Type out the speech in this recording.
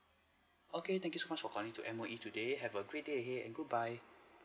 okay thank you so much for calling to M_O_E today have a greay day ahead and goodbye